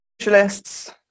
socialists